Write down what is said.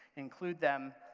include them,